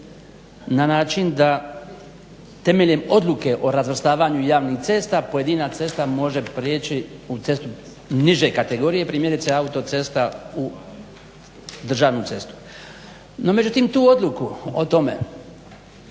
na način da temeljem Odluke o razvrstavanju javnih cesta, pojedina cesta može prijeći u cestu niže kategorije primjerice autocesta u državnu cestu. No međutim, tu odluku o tome